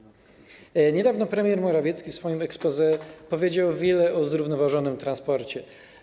Niedawno premier Morawiecki w swoim exposé powiedział wiele o zrównoważonym transporcie.